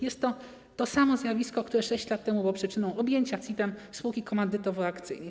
Jest to to samo zjawisko, które 6 lat temu było przyczyną objęcia CIT-em spółki komandytowo-akcyjnej.